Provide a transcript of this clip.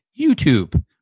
YouTube